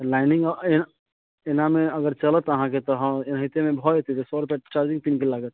lining एनामे अगर चलत अहाँकेँ तऽ हम एनाहितेमे भऽ जेतै सए रूपैआ चार्जिङ्ग पिनके लागत